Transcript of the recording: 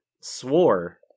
swore